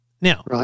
Now